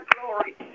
glory